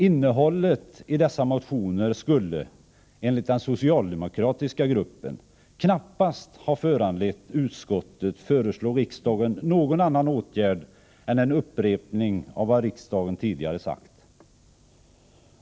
Innehållet i dessa motioner skulle, enligt den socialdemokratiska gruppen, knappast ha föranlett utskottet att föreslå riksdagen någon annan åtgärd än en upprepning av vad riksdagen tidigare sagt.